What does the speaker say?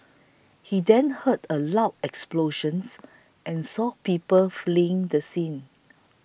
he then heard a loud explosions and saw people fleeing the scene